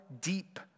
deep